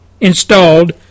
installed